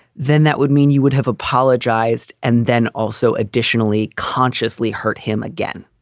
then that would mean you would have apologized and then also additionally consciously hurt him again.